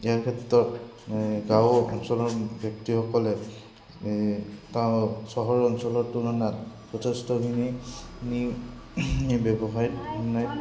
ইয়াৰ ক্ষেত্ৰত গাঁও অঞ্চলৰ ব্যক্তিসকলে এই চহৰ অঞ্চলৰ তুলনাত যথেষ্টখিনি ব্যৱসায়